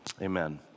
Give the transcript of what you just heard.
amen